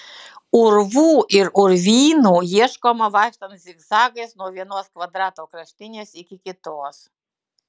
urvų ir urvynų ieškoma vaikštant zigzagais nuo vienos kvadrato kraštinės iki kitos